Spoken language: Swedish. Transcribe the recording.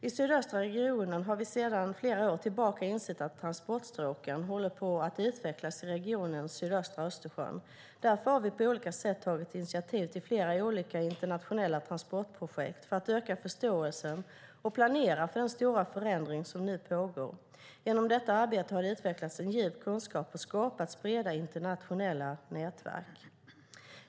I sydöstra regionen har vi sedan flera år insett att transportstråken håller på att utvecklas i sydöstra Östersjön. Därför har vi på olika sätt tagit initiativ till flera internationella transportprojekt för att öka förståelsen och för att planera för den stora förändring som nu pågår. Genom detta arbete har det utvecklats en djup kunskap och skapats breda internationella nätverk.